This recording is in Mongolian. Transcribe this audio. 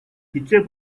хэзээ